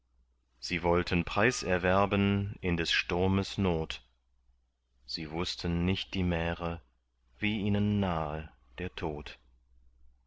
sie wollten preis erwerben in des sturmes not sie wußten nicht die märe wie ihnen nahe der tod